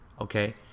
okay